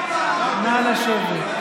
נא לשבת.